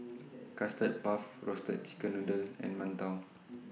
Custard Puff Roasted Chicken Noodle and mantou